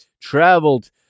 traveled